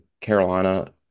Carolina